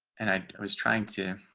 and i was trying to